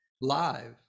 live